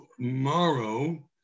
tomorrow